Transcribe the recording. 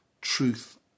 truth